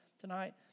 tonight